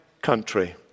country